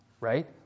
right